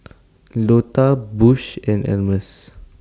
Lota Bush and Almus